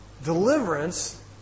Deliverance